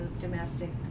domestic